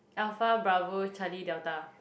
Alpha Bravo Charlie Delta